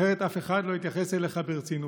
אחרת אף אחד לא יתייחס אליך ברצינות.